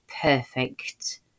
perfect